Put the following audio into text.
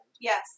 Yes